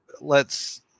lets